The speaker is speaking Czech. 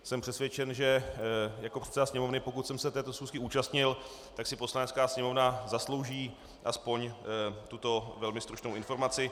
Jsem přesvědčen, že jako předseda Sněmovny, pokud jsem se této schůzky účastnil, tak si Poslanecká sněmovna zaslouží aspoň tuto velmi stručnou informaci.